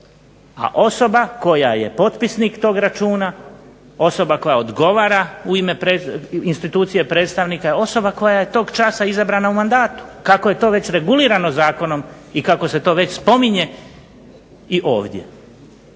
a osoba koja je potpisnik toga računa, osoba koja odgovara u ime predstavnika je osoba koja je tog časa izabrana u mandatu kako je to već regulirano zakonom i kako se to spominje ovdje.